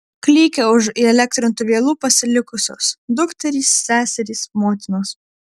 klykė už įelektrintų vielų pasilikusios dukterys seserys motinos